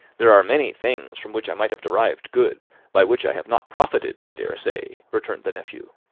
there are many things from which i might have derived good, by which i have not profited, i dare say, returned the nephew.